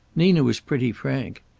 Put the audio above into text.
nina was pretty frank.